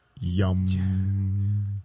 Yum